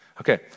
Okay